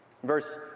Verse